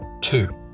Two